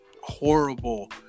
horrible